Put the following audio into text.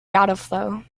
dataflow